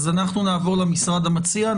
אז אנחנו נעבור למשרד המציע,